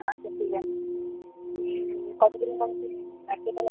আচ্ছা ঠিক আছে কত দিনের মধ্যে লাগবে তাহলে